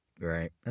Right